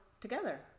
together